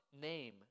name